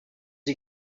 you